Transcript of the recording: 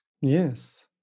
Yes